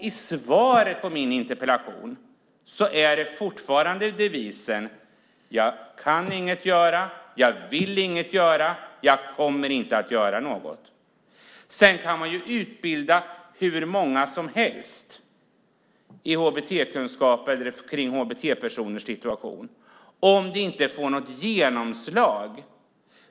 I svaret på min interpellation har man fortfarande devisen: Jag kan inget göra, jag vill inget göra, och jag kommer inte att göra något. Sedan kan man utbilda hur många som helst i hbt-kunskap eller kring hbt-personers situation om det inte får något genomslag.